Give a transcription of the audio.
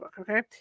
okay